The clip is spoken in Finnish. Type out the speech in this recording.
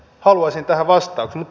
haluaisin tähän vastauksen